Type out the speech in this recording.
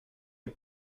est